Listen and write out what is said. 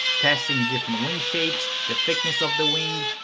testing different wing shapes, the thickness of the wings,